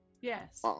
yes